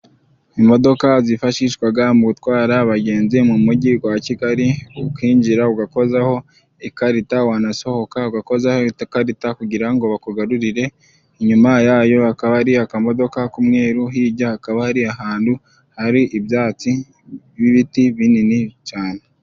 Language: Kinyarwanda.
Imodoka zifashishwaga mu gutwara abagenzi mu mujyi wa Kigali ukinjira ugakozaho ikarita wanasohoka ugakoho ikarita kugira bakugarurire, inyuma yayo akaba hari akamodoka k'umweruru, hijya hakaba hari ahantu hari ibyatsi n'ibiti binini cyane.